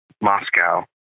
Moscow